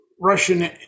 Russian